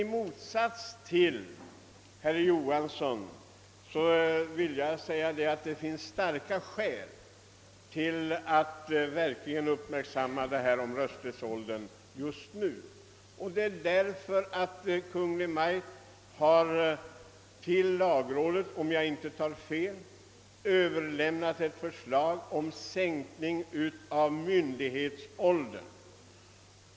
I motsats till herr Johansson vill jag säga att det finns starka skäl för att verkligen uppmärksamma frågan om en sänkning av rösträttsåldern just nu. Kungl. Majt har nämligen till lagrådet, om jag inte tar fel, överlämnat ett förslag om sänkning av myndighetsåldern.